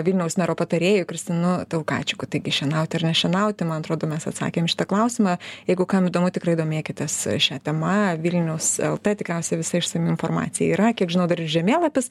vilniaus mero patarėju kristinu taukačiku taigi šienauti ar nešienauti man atrodo mes atsakėm į šitą klausimą jeigu kam įdomu tikrai domėkitės šia tema vilnius lt tikriausiai visa išsami informacija yra kiek žinau dar ir žemėlapis